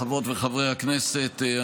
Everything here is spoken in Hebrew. חברות וחברי הכנסת,